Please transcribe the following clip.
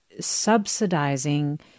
subsidizing